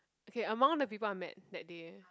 okay among the people I met that day